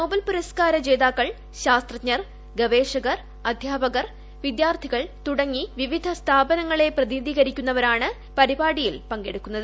Nobel പുരസ്ക്കാര ജേതാക്കൾ ശാസ്ത്രജ്ഞർ ഗവേഷകർ അധ്യാപകർ വിദ്യാർത്ഥികൾ തുടങ്ങി പ്രതിനിധീകരിക്കുന്നവരാണ് പരിപാടിയിൽ പങ്കെടുക്കുന്നത്